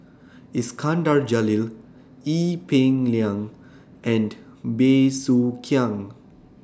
Iskandar Jalil Ee Peng Liang and Bey Soo Khiang